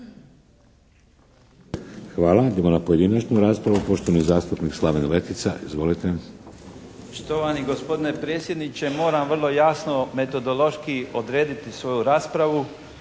Hvala. Idemo na pojedinačnu raspravu. Poštovani zastupnik Slaven Letica. Izvolite. **Letica, Slaven (Nezavisni)** Štovani gospodine predsjedniče, moram vrlo jasno metodološki odrediti svoju raspravu.